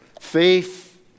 Faith